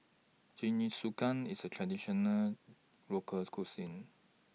Jingisukan IS A Traditional Local Cuisine